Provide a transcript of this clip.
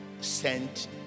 sent